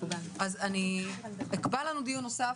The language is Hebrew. אז אני אקבע לנו דיון נוסף,